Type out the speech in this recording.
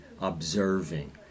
observing